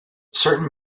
certain